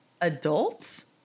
adults